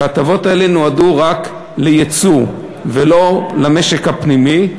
וההטבות האלה נועדו רק ליצוא ולא למשק הפנימי.